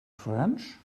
french